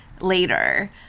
later